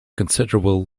considerable